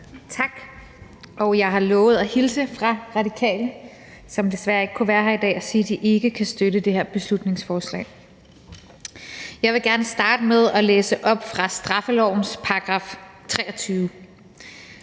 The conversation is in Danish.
Tak. Jeg har lovet at hilse fra Radikale, som desværre ikke kunne være her i dag, og sige, at de ikke kan støtte det her beslutningsforslag. Jeg vil gerne starte med at læse op fra straffelovens § 23: